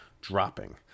Dropping